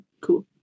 cool